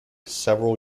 several